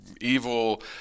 evil